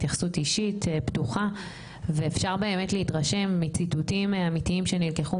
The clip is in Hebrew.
התייחסות אישית פתוחה ואפשר באמת להתרשם מציטוטים אמיתיים שנלקחו